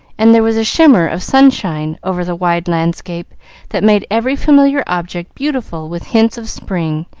and there was a shimmer of sunshine over the wide landscape that made every familiar object beautiful with hints of spring,